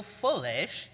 foolish